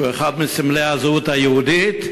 שהיא אחד מסמלי הזהות היהודית,